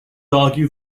argue